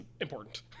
important